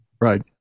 Right